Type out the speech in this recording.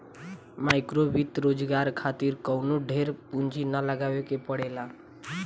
माइक्रोवित्त रोजगार खातिर कवनो ढेर पूंजी ना लगावे के पड़ेला